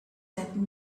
that